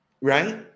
Right